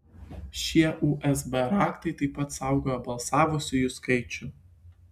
šie usb raktai taip pat saugo balsavusiųjų skaičių